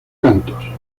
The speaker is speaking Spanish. cantos